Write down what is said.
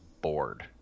bored